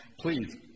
please